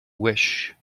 wish